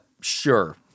sure